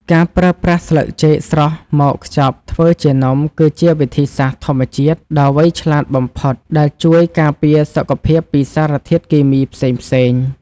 ការប្រើប្រាស់ស្លឹកចេកស្រស់មកខ្ចប់ធ្វើជានំគឺជាវិធីសាស្ត្រធម្មជាតិដ៏វៃឆ្លាតបំផុតដែលជួយការពារសុខភាពពីសារធាតុគីមីផ្សេងៗ។